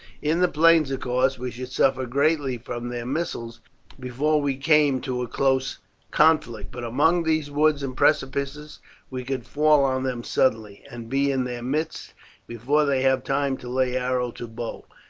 in the plains, of course, we should suffer greatly from their missiles before we came to a close conflict but among these woods and precipices we could fall on them suddenly, and be in their midst before they have time to lay arrow to bow.